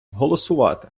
голосувати